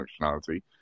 functionality